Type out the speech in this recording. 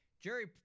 Jerry